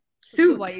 suit